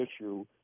issue